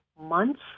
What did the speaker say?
months